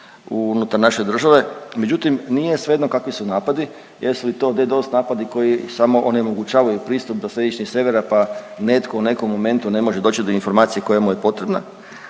unutar naše države, međutim nije svejedno kakvi su napadi. Jesi li to DDoS napadi, koji samo onemogućavaju pristup do središnjih servera pa netko u nekom momentu ne može doći do informacije koja mu je potrebna